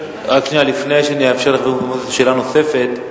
לפני שאאפשר לחבר הכנסת מוזס שאלה נוספת,